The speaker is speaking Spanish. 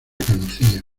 conocían